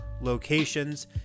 locations